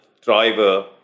driver